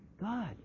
God